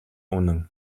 үнэн